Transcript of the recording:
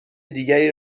دیگری